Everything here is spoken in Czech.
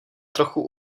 trochu